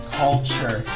culture